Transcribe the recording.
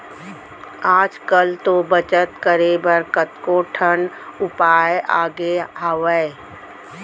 आज कल तो बचत करे बर कतको ठन उपाय आगे हावय